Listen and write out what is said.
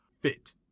fit